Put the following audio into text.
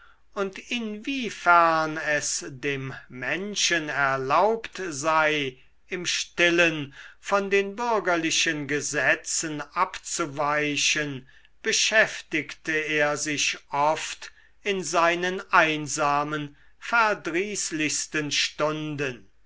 und inwiefern es dem menschen erlaubt sei im stillen von den bürgerlichen gesetzen abzuweichen beschäftigte er sich oft in seinen einsamen verdrießlichsten stunden